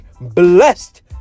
blessed